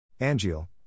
Angel